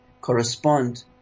correspond